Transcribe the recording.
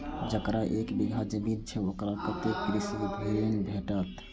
जकरा एक बिघा जमीन छै औकरा कतेक कृषि ऋण भेटत?